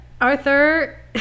arthur